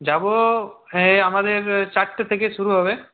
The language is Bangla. যাবো হ্যাঁ আমাদের চারটে থেকে শুরু হবে